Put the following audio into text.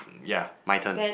ya my turn